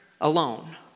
alone